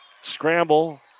Scramble